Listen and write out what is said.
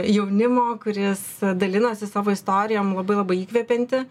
jaunimo kuris dalinasi savo istorijom labai labai įkvepianti